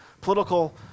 political